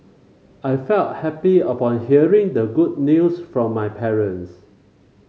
I felt happy upon hearing the good news from my parents